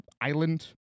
island